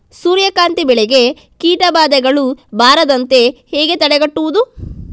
ಸೂರ್ಯಕಾಂತಿ ಬೆಳೆಗೆ ಕೀಟಬಾಧೆಗಳು ಬಾರದಂತೆ ಹೇಗೆ ತಡೆಗಟ್ಟುವುದು?